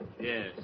Yes